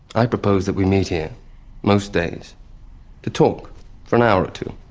i propose that we meet here most days to talk for an hour or two.